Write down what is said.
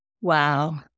wow